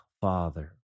Father